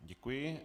Děkuji.